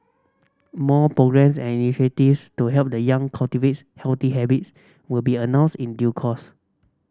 more programmes and initiatives to help the young cultivates healthy habits will be announced in due course